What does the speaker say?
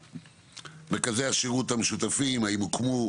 מרכזי השירות המשותפים האם הוקמו?